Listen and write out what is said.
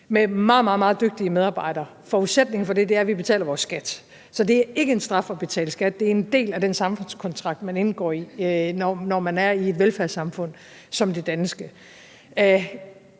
meget dygtige medarbejdere. Forudsætningen for det er, at vi betaler vores skat. Så det er ikke en straf at betale skat, det er en del af den samfundskontrakt, man indgår i, når man er i et velfærdssamfund som det danske.